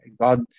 God